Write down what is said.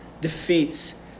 defeats